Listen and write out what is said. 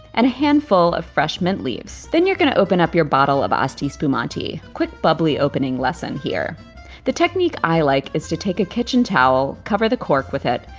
and a handful of fresh mint leaves. then you're going to open up your bottle of asti spumante. quick bubbly opening lesson here the technique i like is to take a kitchen towel, cover the cork with it,